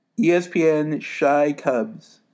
ESPNShyCubs